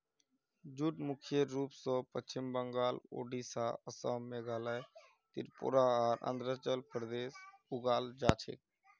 jute मुख्य रूप स पश्चिम बंगाल, ओडिशा, असम, मेघालय, त्रिपुरा आर आंध्र प्रदेशत उगाल जा छेक